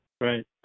Right